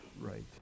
Right